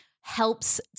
helps